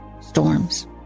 storms